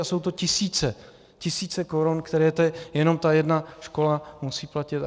A jsou to tisíce, tisíce korun, které jenom ta jedna škola musí platit.